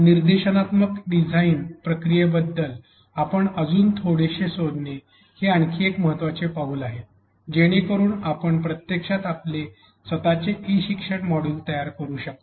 निर्देशात्मक डिझाइन प्रक्रियेबद्दल अजून थोडेसे शोधणे हे आणखी एक महत्वाचे पाऊल आहे जेणेकरून आपण प्रत्यक्षात आपले स्वतचे ई शिक्षण मॉड्यूल तयार करू शकता